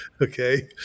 okay